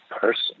person